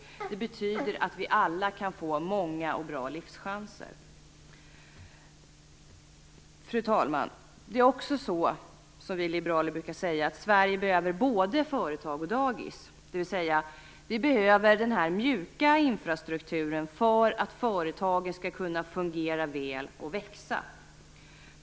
Det betyder att vi alla kan få många och bra livschanser. Sverige behöver, som vi liberaler brukar säga, både företag och dagis - dvs. vi behöver den här mjuka infrastrukturen för att företag skall kunna fungera väl och växa.